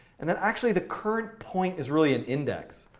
and then, actually, the current point is really an index.